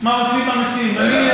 רוצים המציעים?